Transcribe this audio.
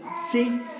see